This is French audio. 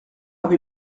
avez